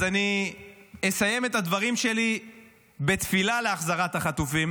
אז אני אסיים את הדברים שלי בתפילה להחזרת החטופים,